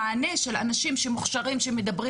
המענה של אנשים שהם מוכשרים ומדברים